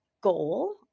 goal